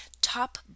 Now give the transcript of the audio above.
top